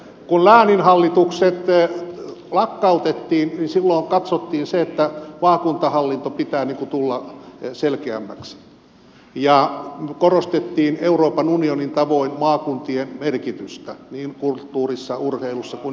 kun lääninhallitukset lakkautettiin niin silloin katsottiin että maakuntahallinnon pitää tulla selkeämmäksi ja korostettiin euroopan unionin tavoin maakuntien merkitystä niin kulttuurissa urheilussa kuin elinkeinotoiminnassa